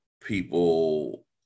people